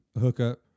hookup